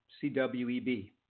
C-W-E-B